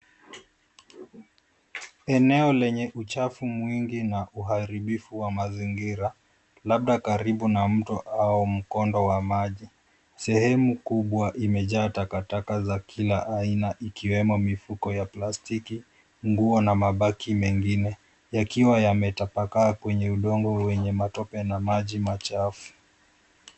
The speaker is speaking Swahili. Eneo lenye uchafu mwingi na uharibifu wa mazingira, labda karibu na mto au mkondo wa maji. Sehemu kubwa imejaa takataka za kila aina, ikiwemo mifuko ya plastiki, nguo, na mabaki mengine, yakiwa yametapakaa kwenye udongo wenye matope na maji machafu.